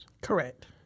Correct